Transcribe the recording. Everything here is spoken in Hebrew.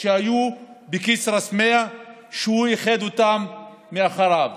שהיו בכסרא-סמיע שהוא איחד מאחוריו.